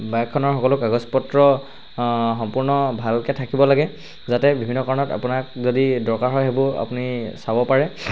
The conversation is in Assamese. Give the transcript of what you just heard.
বাইকখনৰ সকলো কাগজ পত্ৰ সম্পূৰ্ণ ভালকে থাকিব লাগে যাতে বিভিন্ন কাৰণত আপোনাক যদি দৰকাৰ হয় সেইবোৰ আপুনি চাব পাৰে